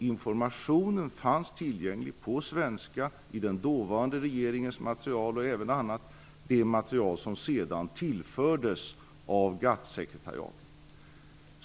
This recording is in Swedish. Informationen fanns tillgänglig på svenska i den dåvarande regeringens material och även i det material som sedan tillfördes av GATT-sekretariatet.